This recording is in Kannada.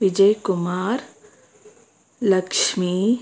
ವಿಜಯ್ ಕುಮಾರ್ ಲಕ್ಷ್ಮೀ